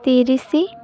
ତିରିଶ